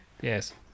yes